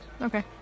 Okay